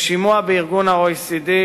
לשימוע ב-OECD,